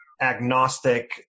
agnostic